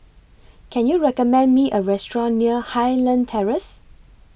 Can YOU recommend Me A Restaurant near Highland Terrace